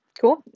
Cool